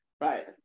right